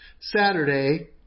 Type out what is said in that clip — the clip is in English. Saturday